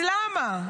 אז למה?